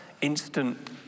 instant